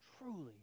truly